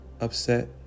upset